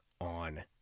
on